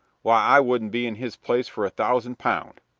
why, i wouldn't be in his place for a thousand pound.